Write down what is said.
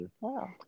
Wow